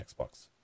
Xbox